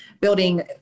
building